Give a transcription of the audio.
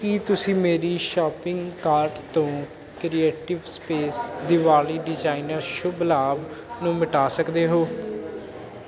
ਕੀ ਤੁਸੀਂ ਮੇਰੀ shopping cart ਤੋਂ creative space Diwali designer Shubh Labh ਨੂੰ ਮਿਟਾ ਸਕਦੇ ਹੋ